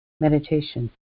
meditation